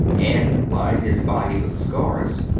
and lined his body with scars.